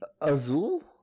Azul